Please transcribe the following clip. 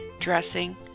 dressing